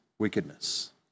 wickedness